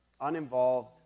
uninvolved